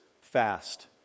fast